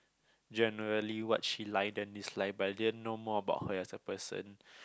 generally what she liked and disliked but I didn't know more about her as a person